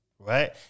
Right